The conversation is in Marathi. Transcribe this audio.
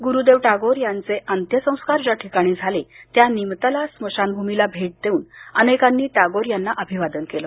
गुरुदेव टागोर यांचे अंत्यसंस्कार ज्या ठिकाणी झाले त्या निमतला स्मशानभूमीला भेट देऊन अनेकांनी टागोर यांना अभिवादन केलं